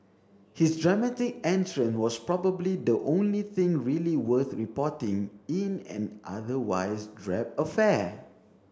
his dramatic entrance was probably the only thing really worth reporting in an otherwise drab affair